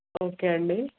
okay అండి